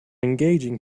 engaging